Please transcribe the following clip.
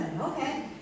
okay